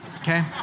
Okay